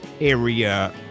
area